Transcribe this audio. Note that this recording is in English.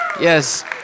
Yes